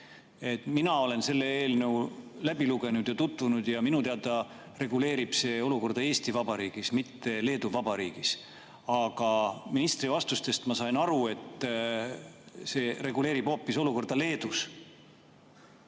Mina olen selle eelnõu läbi lugenud ja sellega tutvunud ja minu teada reguleerib see olukorda Eesti Vabariigis, mitte Leedu Vabariigis. Ministri vastustest sain ma aga aru, et see reguleerib hoopis olukorda Leedus.